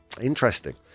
interesting